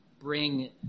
bring